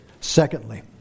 Secondly